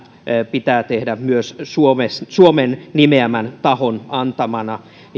pitää tehdä myös suomen nimeämän tahon antamana